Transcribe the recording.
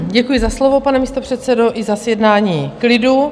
Děkuji za slovo, pane místopředsedo i za zjednání klidu.